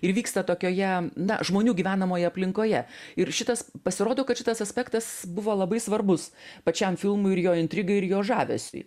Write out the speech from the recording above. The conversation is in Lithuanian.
ir vyksta tokioje na žmonių gyvenamoje aplinkoje ir šitas pasirodo kad šitas aspektas buvo labai svarbus pačiam filmui ir jo intrigai ir jo žavesiui